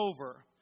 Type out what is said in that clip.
over